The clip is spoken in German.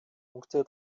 punkte